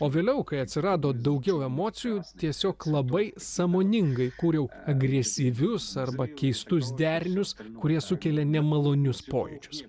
o vėliau kai atsirado daugiau emocijų tiesiog labai sąmoningai kūriau agresyvius arba keistus derinius kurie sukelia nemalonius pojūčius